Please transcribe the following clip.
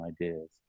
ideas